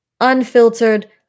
unfiltered